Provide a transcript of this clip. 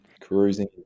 cruising